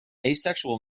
asexual